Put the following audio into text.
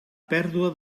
pèrdua